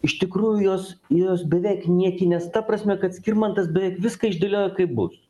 iš tikrųjų jos jos beveik niekinės ta prasme kad skirmantas beveik viską išdėliojo kaip bus